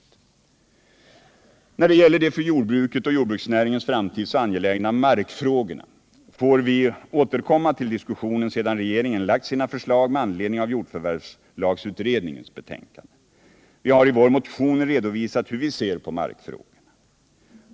När det gäller de för jordbruket och jordbruksnäringens framtid så angelägna markfrågorna får vi återkomma till diskussionen sedan regeringen lagt sina förslag med anledning av jordförvärvsutredningens betänkande. Vi har i vår motion redovisat hur vi ser på markfrågorna.